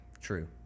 True